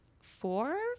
four